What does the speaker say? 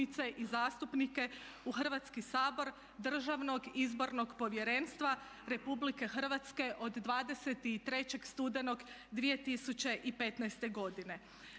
i zastupnike u Hrvatski sabora Državnog izbornog povjerenstva Republike Hrvatske od 23. studenog 2015. godine.